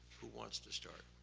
who wants to start?